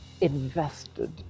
invested